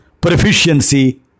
proficiency